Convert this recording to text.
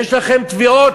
יש לכם תביעות,